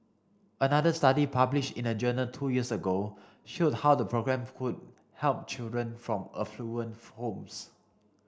another study published in a journal two years ago showed how the programme could help children from affluent homes